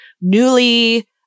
newly